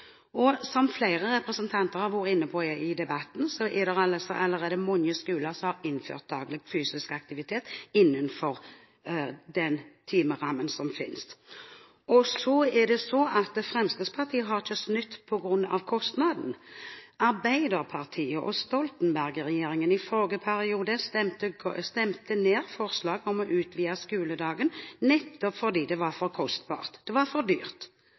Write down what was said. ment. Som flere representanter har vært inne på i debatten, er det allerede mange skoler som har innført daglig fysisk aktivitet innenfor den timerammen som finnes. Så er det slik at Fremskrittspartiet ikke har snudd på grunn av kostnaden. Arbeiderpartiet og Stoltenberg-regjeringen stemte i forrige periode ned forslag om å utvide skoledagen, nettopp fordi det var for kostbart – det var for dyrt,